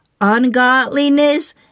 ungodliness